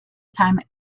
time